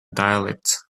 dialect